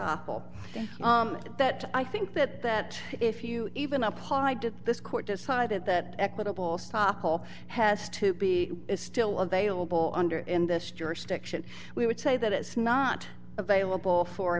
stoppel that i think that that if you even applied to this court decided that equitable stop hole has to be is still available under in this jurisdiction we would say that it's not available for